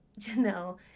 Janelle